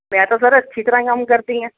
ਮੈਂ ਤਾਂ ਸਰ ਅੱਛੀ ਤਰ੍ਹਾਂ ਕੰਮ ਕਰਦੀ ਹਾਂ